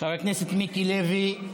חבר הכנסת מיקי לוי,